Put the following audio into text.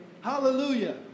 Hallelujah